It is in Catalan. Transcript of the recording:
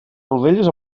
rodelles